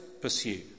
pursue